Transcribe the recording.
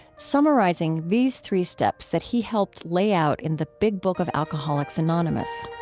summarizing these three steps that he helped lay out in the big book of alcoholics anonymous